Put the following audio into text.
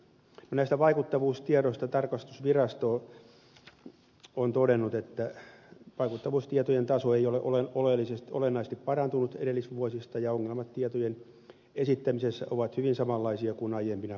näistä vaikuttavuustiedoista tarkastusvirasto on todennut että vaikuttavuustietojen taso ei ole olennaisesti parantunut edellisvuosista ja ongelmat tietojen esittämisessä ovat hyvin samanlaisia kuin aiempina vuosina